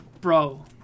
bro